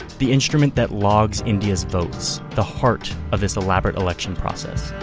the instrument that logs india's votes, the heart of this elaborate election process.